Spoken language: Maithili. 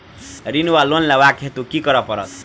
ऋण वा लोन लेबाक हेतु की करऽ पड़त?